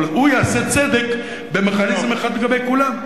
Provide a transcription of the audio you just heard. אבל הוא יעשה צדק במכניזם אחד לגבי כולם.